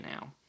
now